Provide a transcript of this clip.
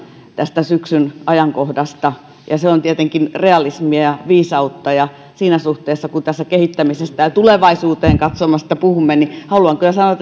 tästä syksyn ajankohdasta se on tietenkin realismia ja viisautta ja siinä suhteessa kun tässä kehittämisestä ja tulevaisuuteen katsomisesta puhumme haluan kyllä sanoa